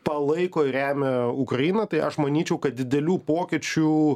palaiko ir remia ukrainą tai aš manyčiau kad didelių pokyčių